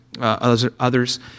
others